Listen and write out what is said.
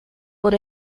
por